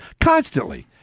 constantly